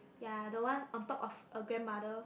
ya the one on top of a grandmother